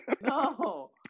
No